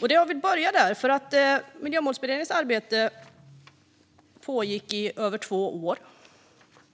reservation. Miljömålsberedningens arbete pågick i över två år.